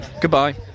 Goodbye